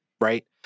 right